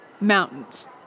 mountains